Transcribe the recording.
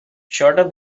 shorter